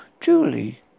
Julie